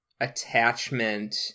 attachment